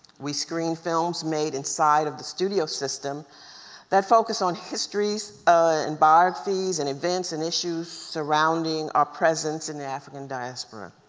we screen films made inside of the studio system that focus on histories ah and biographies and events and issues surrounding our presence in the african diaspora.